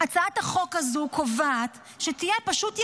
הצעת החוק הזאת קובעת שתהיה פשוט יחידה,